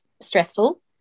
stressful